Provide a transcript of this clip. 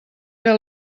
era